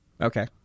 Okay